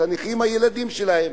את הנכים הילדים שלהם,